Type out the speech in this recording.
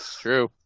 true